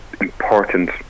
important